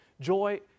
Joy